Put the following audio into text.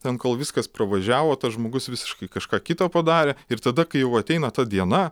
ten kol viskas pravažiavo tas žmogus visiškai kažką kito padarė ir tada kai jau ateina ta diena